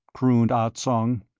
crooned ah tsong.